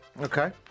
Okay